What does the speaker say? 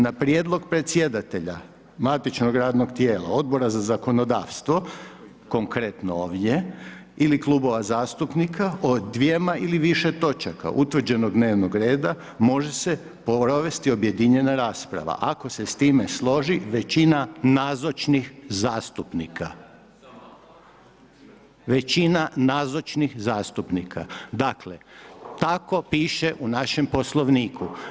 Na prijedlog predsjedatelja matičnog radnog tijela Odbora za zakonodavstvo, konkretno ovdje ili klubova zastupnika, o dvjema ili više točaka utvrđenog dnevnog reda, može se provesti objedinjena rasprava ako se s time složi većina nazočnih zastupnika.“ Većina nazočnih zastupnika, dakle tako piše u našem Poslovniku.